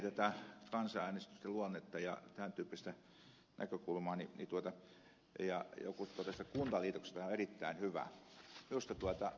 salo pohti kansanäänestysten luonnetta ja tämän tyyppistä näkökulmaa ja joku totesi että kuntaliitoksissa tämä on erittäin hyvä